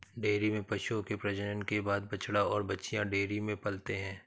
dairy में पशुओं के प्रजनन के बाद बछड़ा और बाछियाँ डेयरी में पलते हैं